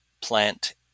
plant